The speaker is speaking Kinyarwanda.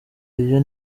ivyo